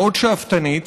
מאוד שאפתנית